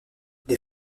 des